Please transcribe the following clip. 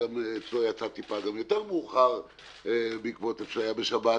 אצלו יצאה טיפה יותר מאוחר בעקבות איפה שהוא היה בשבת.